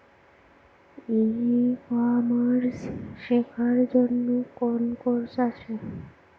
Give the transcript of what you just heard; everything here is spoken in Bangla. ই কমার্স শেক্ষার জন্য কোন কোর্স আছে?